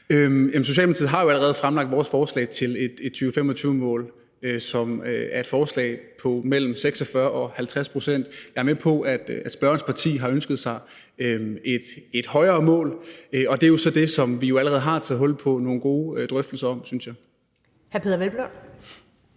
Socialdemokratiet har jo allerede fremlagt vores forslag til et 2025-mål, som er et forslag på mellem 46 og 50 pct. Jeg er med på, at spørgerens parti har ønsket sig et højere mål, og det er jo så det, som vi allerede har taget hul på nogle gode drøftelser om, synes jeg. Kl. 13:54 Første